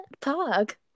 Talk